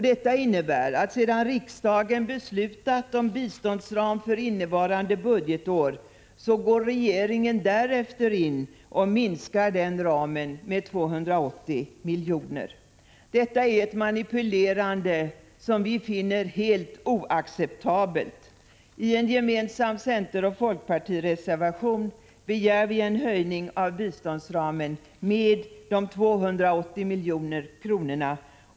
Detta innebär att sedan riksdagen beslutat om biståndsram för innevarande budgetår går regeringen efteråt in och minskar den ramen med 280 milj.kr. Detta är ett manipulerande som vi finner helt oacceptabelt. I en gemensam centeroch folkpartireservation begär vi en höjning av biståndsramen med de 280 miljoner kronorna.